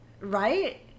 Right